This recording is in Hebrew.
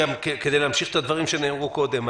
גם כדי להמשיך את הדברים שנאמרו קודם,